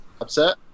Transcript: upset